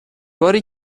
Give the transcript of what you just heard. باری